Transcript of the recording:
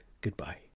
Goodbye